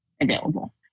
available